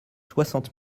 soixante